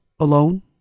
Alone